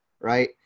right